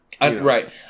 Right